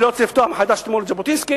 אני לא רוצה לפתוח מחדש את מורשת ז'בוטינסקי,